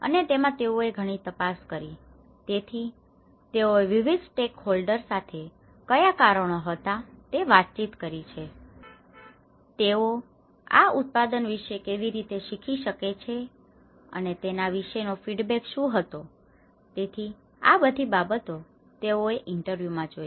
અને તેમાં તેઓએ ઘણી તપાસ કરી છે તેથી તેઓએ વિવિધ સ્ટેકહોલ્ડર સાથે ક્યાં કારણો હતા તેની વાતચીત કરી છે તેઓ આ ઉત્પાદન વિશે કેવી રીતે શીખી શકે છે અને તેના વિશે નો ફીડબેક શું હતો તેથી આ બધી બાબતો તેઓએ ઇન્ટરવ્યૂ માં જોઈ